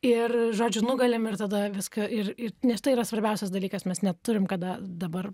ir žodžiu nugalim ir tada viską ir ir nes tai yra svarbiausias dalykas mes neturim kada dabar